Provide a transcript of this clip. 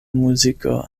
muziko